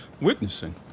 witnessing